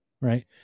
right